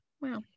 wow